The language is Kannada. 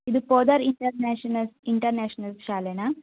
ಇದು ಪೋದರ್ ಇಂಟರ್ನ್ಯಾಷನಲ್ ಇಂಟರ್ನ್ಯಾಷ್ನಲ್ ಶಾಲೆನಾ